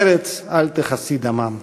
ארץ אל תכסי דמם.